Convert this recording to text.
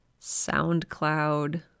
SoundCloud